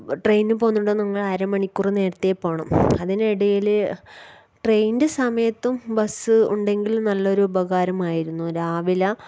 train പോകുന്നുണ്ടെൽ നിങ്ങള് അരമണിക്കൂറ് നേരത്തെ പോകണം അതിനിടയിൽ ട്രെയിനിൻ്റെ സമയത്തും ബസ്സ് ഉണ്ടെങ്കിൽ നല്ലൊരു ഉപകാരമായിരുന്നു രാവിലെ